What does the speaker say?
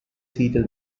serial